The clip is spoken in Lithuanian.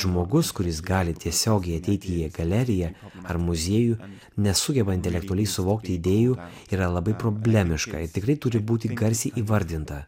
žmogus kuris gali tiesiogiai ateiti į galeriją ar muziejų nesugeba intelektualiai suvokti idėjų yra labai problemiška ir tikrai turi būti garsiai įvardinta